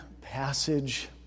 passage